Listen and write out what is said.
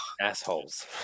Assholes